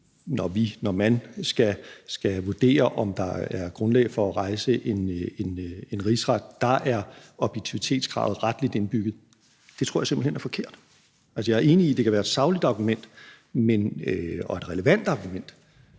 når man skal vurdere, om der er grundlag for at rejse en rigsretssag, er objektivitetskravet retligt indbygget. Det tror jeg simpelt hen er forkert. Altså, jeg er enig i, at det er et sagligt argument og et relevant argument,